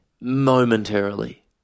momentarily